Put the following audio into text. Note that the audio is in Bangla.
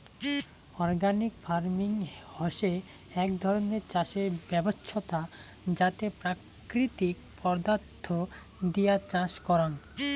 অর্গানিক ফার্মিং হসে এক ধরণের চাষের ব্যবছস্থা যাতে প্রাকৃতিক পদার্থ দিয়া চাষ করাং